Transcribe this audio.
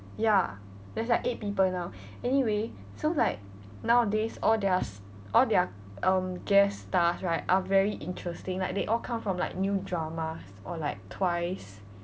ya there's like eight people now anyway so like nowadays all their all their um guest stars right are very interesting like they all come from like new dramas or like twice